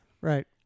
Right